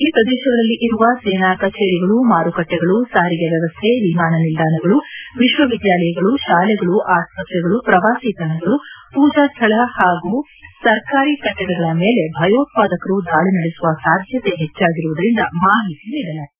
ಈ ಪ್ರದೇಶಗಳಲ್ಲಿ ಇರುವ ಸೇನಾ ಕಚೇರಿಗಳು ಮಾರುಕಟ್ಟೆಗಳು ಸಾರಿಗೆ ವ್ಯವಸ್ಥೆ ವಿಮಾನ ನಿಲ್ದಾಣಗಳು ವಿಶ್ವ ವಿದ್ಯಾಲಯಗಳು ಶಾಲೆಗಳು ಆಸ್ಪತ್ರೆಗಳು ಪ್ರವಾಸಿ ತಾಣಗಳು ಪೂಜಾ ಸ್ಥಳಗಳು ಮತ್ತು ಸರ್ಕಾರಿ ಕಟ್ಟಡಗಳ ಮೇಲೆ ಭಯೋತ್ಪಾದಕರು ದಾಳಿ ನಡೆಸುವ ಸಾಧ್ಯತೆ ಹೆಚ್ಚಾಗಿರುವುದಾಗಿ ಮಾಹಿತಿ ನೀಡಲಾಗಿದೆ